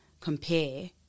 compare